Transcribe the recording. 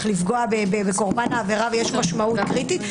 לפגוע בקורבן העבירה ויש משמעות קריטית.